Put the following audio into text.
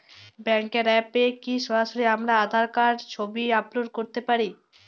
ব্যাংকের অ্যাপ এ কি সরাসরি আমার আঁধার কার্ড র ছবি আপলোড করতে পারি?